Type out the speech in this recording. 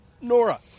Nora